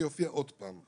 שיופיע עוד פעם.